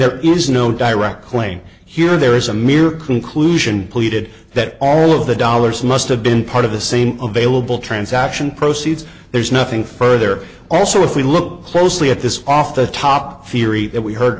there is no direct claim here or there is a mere conclusion pleaded that all of the dollars must have been part of the same available transaction proceeds there's nothing further also if we look closely at this off the top theory